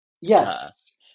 Yes